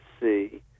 see